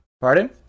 Pardon